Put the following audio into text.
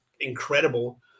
incredible